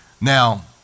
now